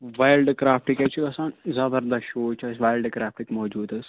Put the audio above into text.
wild craft کیٛاہ چھُ آسان زبردَس شوٗز چھِ اَسہِ وایِلڈٕ کرٛافٹِکۍ موجوٗد حظ